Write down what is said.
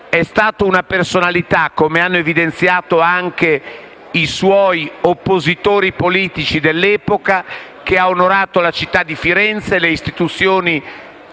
è stata una personalità, come hanno evidenziato anche i suoi oppositori politici dell'epoca, che ha onorato la città di Firenze e le istituzioni